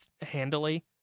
handily